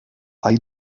hay